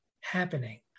happening